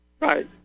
Right